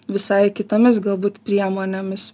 visai kitomis galbūt priemonėmis